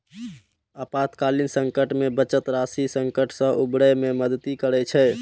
आपातकालीन संकट मे बचत राशि संकट सं उबरै मे मदति करै छै